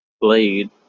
blade